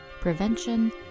prevention